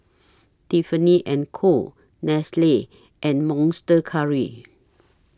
Tiffany and Co Nestle and Monster Curry